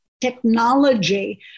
technology